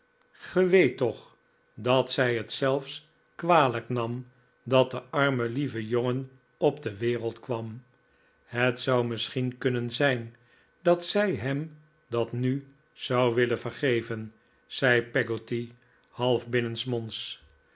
ge weet toch dat zij het zelfs kwalijk nam dat de arme lieve jongen op de wereld kwam het zou misschien kunnen zijn dat zij hem dat nu zou willen vergeven zei peggotty half